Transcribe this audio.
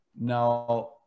Now